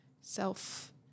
self